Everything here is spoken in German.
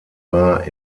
war